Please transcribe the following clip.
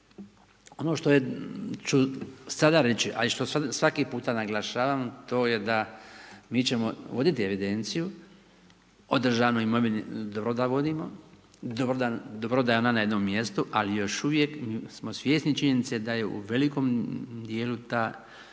Ono što ću sada reći, a i što svaki puta naglašavam to je da mi ćemo voditi evidenciju o državnoj imovini, dobro da vodimo, dobro da je ona na jednom mjestu, ali još uvijek smo svjesni činjenice da je u velikom dijelu ta